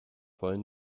wollen